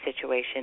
situation